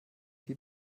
die